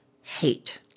hate